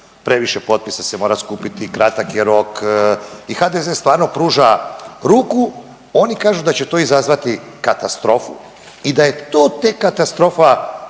previše potpisa se mora skupiti, kratak je rok i HDZ stvarno pruža ruku oni kažu da će to izazvati katastrofu i da je to tek katastrofa